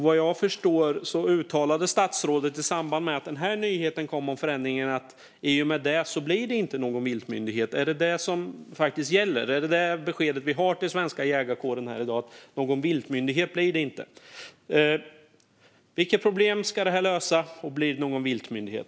Vad jag förstår uttalade statsrådet i samband med att nyheten om den här förändringen kom att det i och med detta inte blir någon viltmyndighet. Är det vad som faktiskt gäller? Är beskedet till den svenska jägarkåren här i dag att det inte blir någon viltmyndighet? Vilka problem ska det här lösa, och blir det någon viltmyndighet?